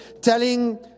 telling